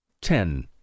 ten